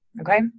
Okay